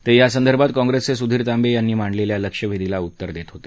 ते यासंदर्भात कॉंप्रेसचे सुधीर तांबे यांनी मांडलेल्या लक्षवेधिला उत्तर देत होते